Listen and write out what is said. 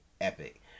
epic